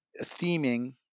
Theming